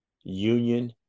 Union